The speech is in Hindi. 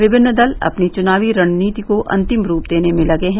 विभिन्न दल अपनी चुनावी रणनीति को अंतिम रूप देने में लगे हैं